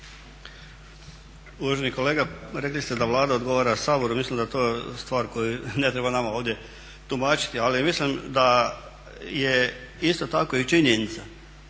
Uvaženi kolega, rekli ste da Vlada odgovora Saboru, mislim da je to stvar koju ne treba nama ovdje tumačiti, ali mislim da je isto tako i činjenica